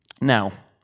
Now